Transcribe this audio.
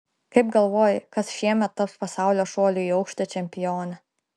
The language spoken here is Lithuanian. kaip galvoji kas šiemet taps pasaulio šuolių į aukštį čempione